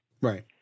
Right